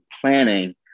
planning